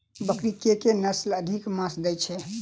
बकरी केँ के नस्ल अधिक मांस दैय छैय?